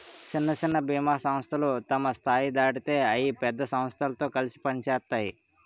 సిన్న సిన్న బీమా సంస్థలు తమ స్థాయి దాటితే అయి పెద్ద సమస్థలతో కలిసి పనిసేత్తాయి